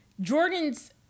Jordan's